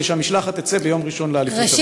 שהמשלחת תצא ביום ראשון לאליפות אירופה.